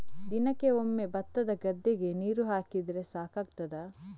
ದಿನಕ್ಕೆ ಒಮ್ಮೆ ಭತ್ತದ ಗದ್ದೆಗೆ ನೀರು ಹಾಕಿದ್ರೆ ಸಾಕಾಗ್ತದ?